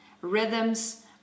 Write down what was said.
Rhythms